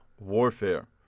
Warfare